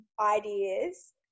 ideas